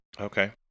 okay